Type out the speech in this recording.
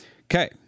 Okay